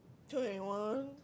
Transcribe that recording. twenty one